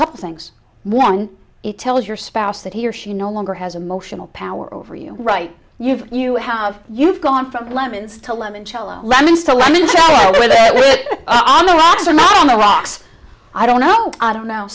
couple things one it tells your spouse that he or she no longer has a motional power over you right you've you have you've gone from lemons to lemon cello lemon so let me go with it on the rocks on the rocks i don't know i don't now